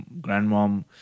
grandmom